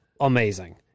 amazing